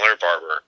Barber